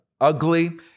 ugly